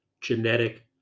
genetic